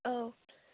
औ